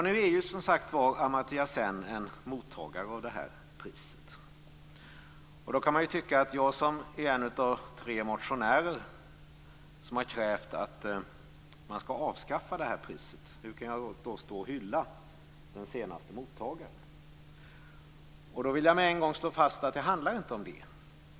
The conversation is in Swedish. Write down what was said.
Nu är Amartya Sen, som sagt var, mottagare av det här priset, och man kan undra hur jag, som är en av tre motionärer som har krävt att priset skall avskaffas, kan hylla den senaste mottagaren. Då vill jag med en gång slå fast att det inte handlar om det.